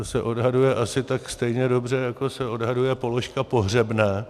To se odhaduje asi tak stejně dobře, jako se odhaduje položka pohřebné.